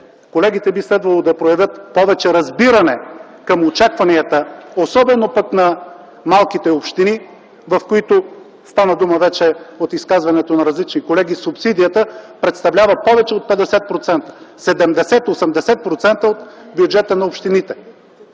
колегите би трябвало да проявят повече разбиране към очакванията, особено на малките общини, в които, стана дума вече от изказването на различни колеги, субсидията представлява повече от 50% - 70-80% от бюджета на общините.